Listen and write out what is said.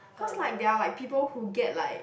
cause like there are like people who get like